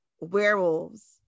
werewolves